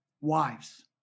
wives